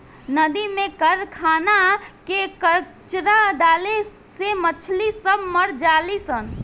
नदी में कारखाना के कचड़ा डाले से मछली सब मर जली सन